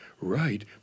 right